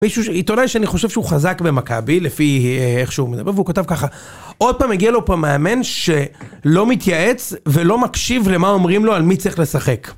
ועתונאי שאני חושב שהוא חזק במכבי, לפי איך שהוא מדבר, והוא כותב ככה: עוד פעם מגיע לו פה מאמן שלא מתייעץ ולא מקשיב למה אומרים לו על מי צריך לשחק